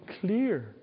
clear